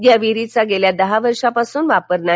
या विहीरीचा गेल्या दहा वर्षा पासून वापर नाही